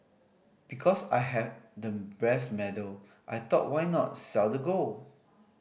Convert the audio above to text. because I had the brass medal I thought why not sell the gold